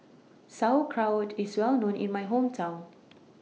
Sauerkraut IS Well known in My Hometown